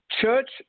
church